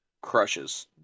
crushes